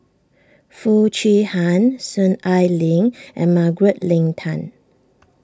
Foo Chee Han Soon Ai Ling and Margaret Leng Tan